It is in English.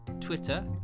Twitter